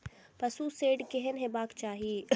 पशु शेड केहन हेबाक चाही?